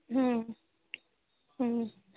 हं हं